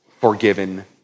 forgiven